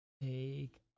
take